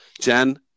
Jen